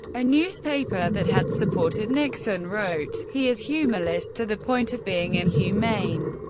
a newspaper that had supported nixon, wrote, he is humorless to the point of being inhumane.